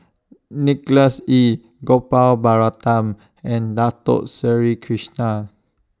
Nicholas Ee Gopal Baratham and Dato Sri Krishna